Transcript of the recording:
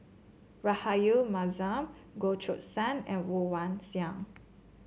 Rahayu Mahzam Goh Choo San and Woon Wah Siang